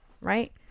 Right